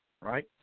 right